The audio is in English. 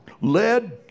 lead